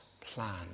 plan